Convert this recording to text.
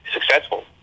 successful